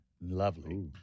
Lovely